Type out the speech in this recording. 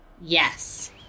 Yes